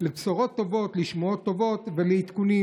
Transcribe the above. / לבשורות טובות / לשמועות / טובות / לעדכונים.